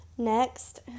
next